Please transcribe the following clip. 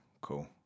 Cool